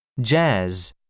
Jazz